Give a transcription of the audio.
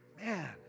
Man